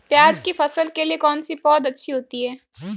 प्याज़ की फसल के लिए कौनसी पौद अच्छी होती है?